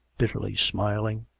bitterly smiling.